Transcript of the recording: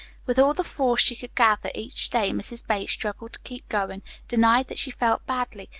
with all the force she could gather, each day mrs. bates struggled to keep going, denied that she felt badly,